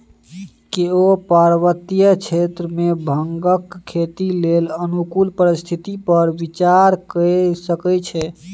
केओ पर्वतीय क्षेत्र मे भांगक खेती लेल अनुकूल परिस्थिति पर विचार कए सकै छै